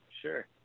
sure